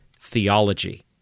theology